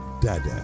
Dada